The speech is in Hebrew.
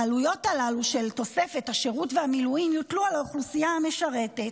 העלויות הללו של תוספת השירות והמילואים יוטלו על האוכלוסייה המשרתת.